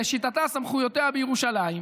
סמכויותיה לשיטתה,